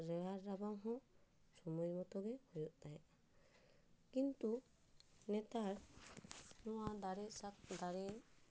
ᱟᱨ ᱨᱮᱭᱟᱲ ᱨᱟᱵᱟᱝ ᱦᱚ ᱥᱚᱢᱚᱭ ᱢᱚᱛᱚᱜᱮ ᱦᱩᱭᱩᱜ ᱛᱟᱦᱮᱱ ᱠᱤᱱᱛᱩ ᱱᱮᱛᱟᱨ ᱱᱚᱣᱟ ᱫᱟᱨᱮ ᱥᱟᱠᱟᱢ ᱫᱟᱨᱮ